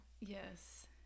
Yes